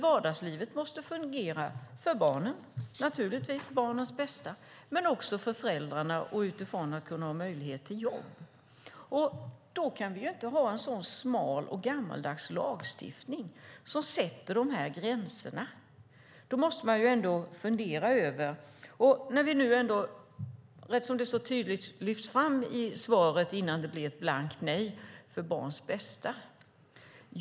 Vardagslivet måste naturligtvis fungera för barnen, för barnens bästa, men också för föräldrarna och utifrån möjligheten till jobb. Då kan vi inte ha en så smal och gammaldags lagstiftning som sätter dessa gränser. Man måste ändå fundera över det eftersom det så tydligt lyfts fram i svaret, innan det blir ett blankt nej, för barns bästa.